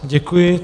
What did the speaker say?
Děkuji.